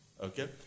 Okay